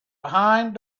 behind